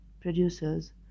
producers